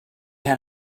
had